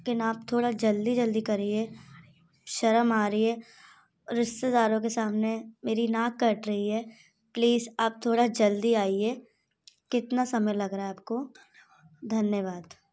लेकिन आप थोड़ा जल्दी जल्दी करिए शर्म आ रही है रिश्तेदारों के सामने मेरी नाक कट रही है प्लीज़ आप थोड़ा जल्दी आइए कितना समय लग रहा है आपको धन्यवाद